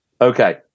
Okay